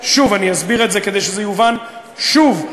שוב,